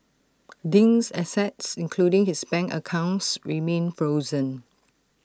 Ding's assets including his bank accounts remain frozen